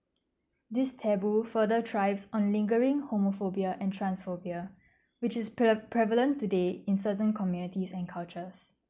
this taboo further thrives on lingering homophobia and trans phobia which is prev~ prevalent today in certain communities and cultures